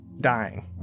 dying